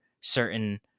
certain